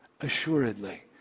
assuredly